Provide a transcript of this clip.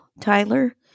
Tyler